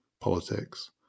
politics